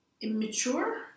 immature